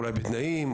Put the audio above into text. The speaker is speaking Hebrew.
אולי בתנאים,